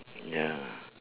ya